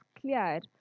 cleared